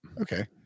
Okay